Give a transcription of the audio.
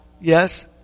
Yes